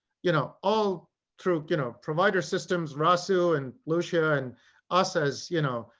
you know, all through you know provider systems russell and lucia and us as, you know,